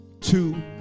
two